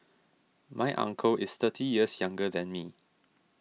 my uncle is thirty years younger than me